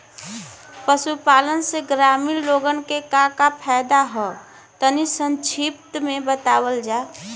पशुपालन से ग्रामीण लोगन के का का फायदा ह तनि संक्षिप्त में बतावल जा?